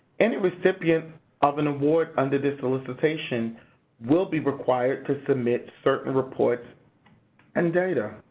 any recipient of an award under this solicitation will be required to submit certain reports and data.